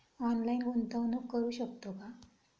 Online गुंतवणूक करू शकतो का?